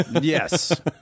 Yes